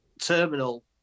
terminal